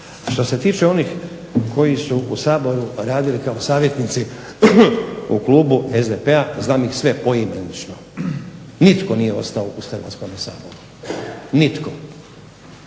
Što se tiče onih koji su u Saboru radili kao savjetnici u klubu SDP-a, znam ih sve poimenično. Nitko nije ostao u Hrvatskom saboru, nitko.